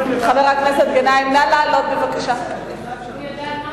הוא יודע על מה,